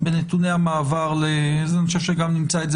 בנתוני המעבר ואני חושב שגם נמצא את זה